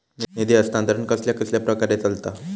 निधी हस्तांतरण कसल्या कसल्या प्रकारे चलता?